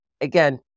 again